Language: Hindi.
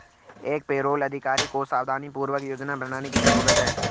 एक पेरोल अधिकारी को सावधानीपूर्वक योजना बनाने की जरूरत है